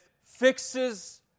fixes